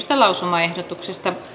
lausumaehdotuksen